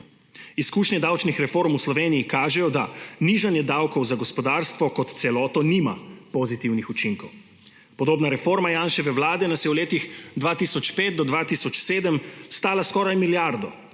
Izkušnje davčnih reform v Sloveniji kažejo, da nižanje davkov za gospodarstvo kot celoto nima pozitivnih učinkov. Podobna reforma Janševe vlade nas je v letih 2005 do 2007 stala skoraj milijardo,